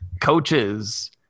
coaches